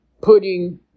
putting